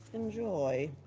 enjoy.